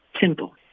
Simple